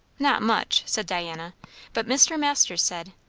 not much, said diana but mr. masters said,